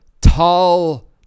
tall